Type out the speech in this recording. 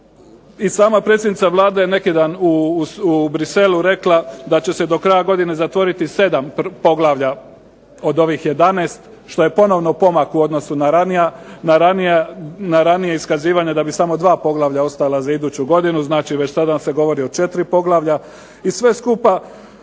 i sama predsjednica Vlade je neki dan u Bruxellesu rekla da će se do kraja godine zatvoriti 7 poglavlja od ovih 11 što je ponovno pomak u odnosu na ranije iskazivanje da bi samo dva poglavlja ostala za iduću godinu, znači već sada će govori o 4 poglavlja i sve skupa